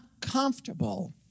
comfortable